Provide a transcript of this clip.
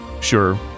Sure